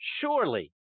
surely